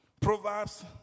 Proverbs